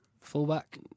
fullback